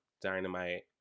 dynamite